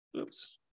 Oops